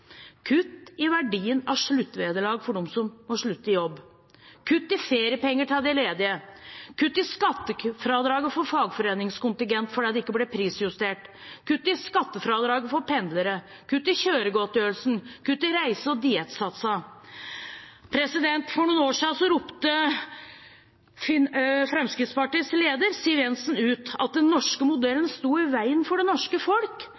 kutt i verdien av sluttvederlag for dem som må slutte i jobb kutt i feriepenger til de ledige kutt i skattefradraget for fagforeningskontingent fordi det ikke ble prisjustert kutt i skattefradraget for pendlere kutt i kjøregodtgjørelsen kutt i reise- og diettsatsene For noen år siden ropte Fremskrittspartiets leder Siv Jensen ut at den norske modellen sto i veien for det norske folk.